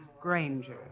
Granger